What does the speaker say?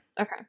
Okay